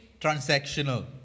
transactional